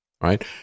right